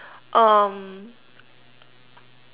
um